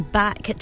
back